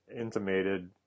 intimated